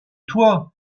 toi